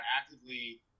actively